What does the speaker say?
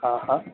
हा हा